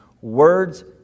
words